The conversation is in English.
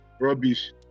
rubbish